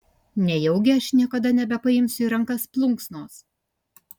nejaugi aš niekada nebepaimsiu į rankas plunksnos